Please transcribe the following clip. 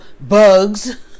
bugs